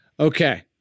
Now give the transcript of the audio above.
Okay